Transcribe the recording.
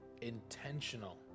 intentional